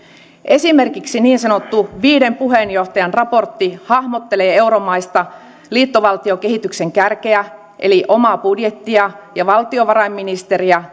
esimerkiksi niin sanottu viiden puheenjohtajan raportti hahmottelee euromaista liittovaltiokehityksen kärkeä eli omaa budjettia ja valtiovarainministeriä